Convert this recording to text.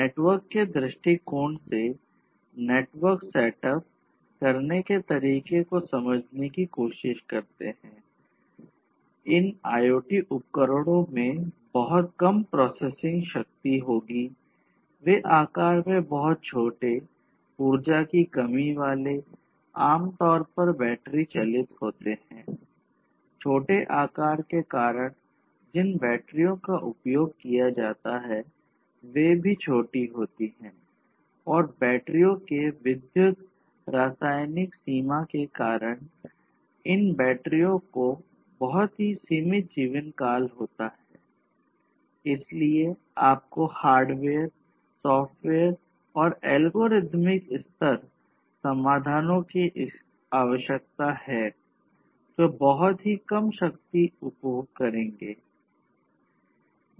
network के दृष्टिकोण से नेटवर्क सेट अप समाधानों की आवश्यकता है जो बहुत ही कम शक्ति उपभोग करेंगे